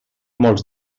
molts